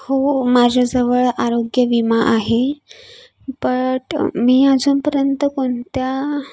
हो माझ्याजवळ आरोग्य विमा आहे बट मी अजूनपर्यंत कोणत्या